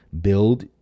build